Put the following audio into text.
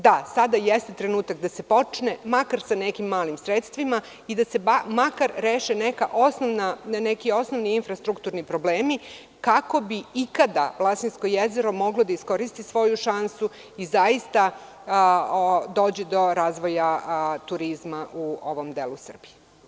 Da, sada jeste trenutak da se počne, makar sa nekim malim sredstvima i da se makar reše neki osnovni infrastrukturni problemi kako bi ikada Vlasinsko jezero moglo da iskoristi svoju šansu i zaista dođe do razvoja turizma u ovom delu Srbije.